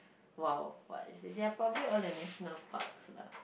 !wow! what is this ya probably all the national parks lah